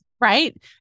Right